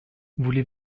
voulez